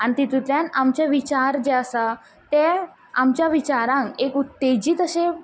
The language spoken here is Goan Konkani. तितूंतल्यान आमचे विचार जे आसा ते आमच्या विचारांक एक उत्तेजीत अशें